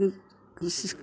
കൃഷി